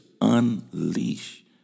unleash